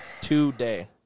today